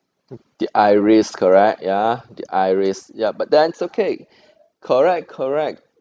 the iris correct ya the iris ya but then it's okay correct correct